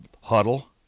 Huddle